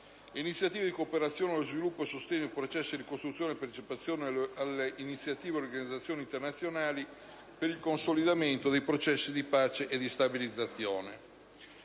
iniziative di cooperazione allo sviluppo e sostegno ai processi di ricostruzione e partecipazione alle iniziative delle organizzazioni internazionali per il consolidamento dei processi di pace e di stabilizzazione.